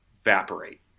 evaporate